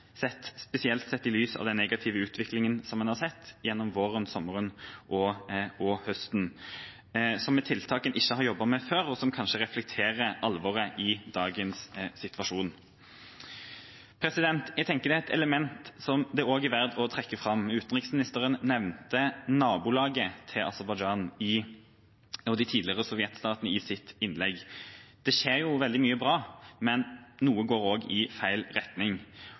spesielt sett i lys av den negative utviklingen som vi har sett gjennom våren, sommeren og høsten – tiltak en ikke har jobbet med før, og som kanskje reflekterer alvoret i dagens situasjon. Det er et annet element som jeg tenker det er verdt å trekke fram. Utenriksministeren nevnte nabolaget til Aserbajdsjan og de tidligere sovjetstatene i sitt innlegg. Det skjer mye bra, men noe går også i feil retning.